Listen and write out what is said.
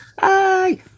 Bye